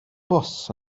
bws